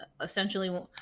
Essentially